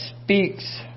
speaks